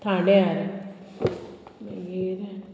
थाण्यार मागीर